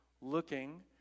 looking